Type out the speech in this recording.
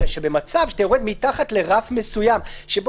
אלא במצב שאתה יורד מתחת לרף מסוים שבו